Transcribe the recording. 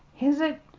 is it?